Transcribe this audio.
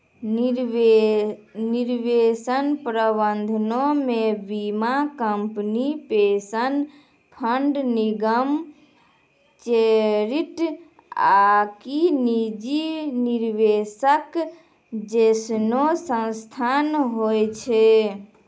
निवेश प्रबंधनो मे बीमा कंपनी, पेंशन फंड, निगम, चैरिटी आकि निजी निवेशक जैसनो संस्थान होय छै